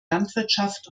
landwirtschaft